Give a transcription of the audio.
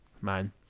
Man